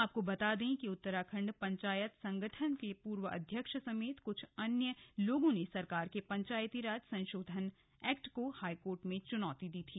आपको बता दें कि उत्तराखंड पंचायत संगठन के पूर्व अध्यक्ष समेत कुछ अन्य लोगों ने सरकार के पंचायती राज संशोधन एक्ट को हाईकोर्ट में चुनौती दी थी